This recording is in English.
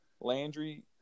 Landry